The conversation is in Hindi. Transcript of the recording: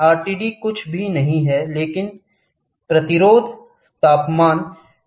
आरटीडी कुछ भी नहीं है लेकिन प्रतिरोध तापमान डिटेक्टर है